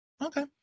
Okay